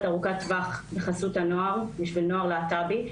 ארוכת טווח בחסות הנוער בשביל נוער להט"בי,